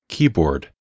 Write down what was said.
Keyboard